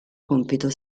compito